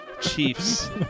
chiefs